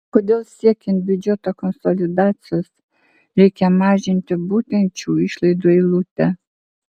kodėl siekiant biudžeto konsolidacijos reikia mažinti būtent šių išlaidų eilutę